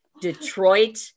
Detroit